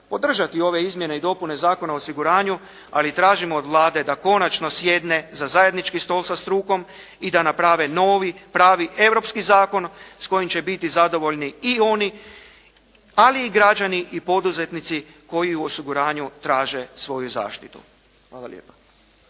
podržati ove Izmjene i dopune Zakona o osiguranju ali tražimo od Vlade da konačno sjedne za zajednički stol sa strukom i da naprave novi pravi europski zakon s kojim će biti zadovoljni i oni ali i građani i poduzetnici koji u osiguranju traže svoju zaštitu. Hvala lijepa.